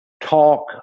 talk